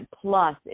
plus